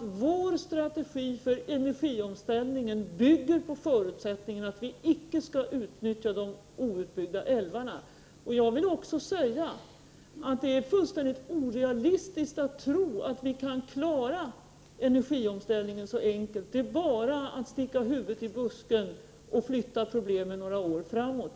Vår strategi för energiomställningen bygger på förutsättningen att vi icke skall utnyttja de outbyggda älvarna. Jag vill också säga att det är fullständigt orealistiskt att tro att vi kan klara energiomställningen så enkelt. Det är bara att sticka huvudet i busken och flytta problemen några år framåt.